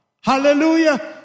Hallelujah